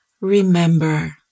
Remember